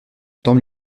tant